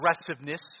aggressiveness